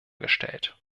gestellt